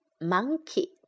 Monkey